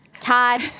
Todd